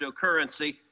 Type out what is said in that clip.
cryptocurrency